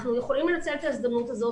אנחנו יכולים לתת את ההזדמנות הזאת,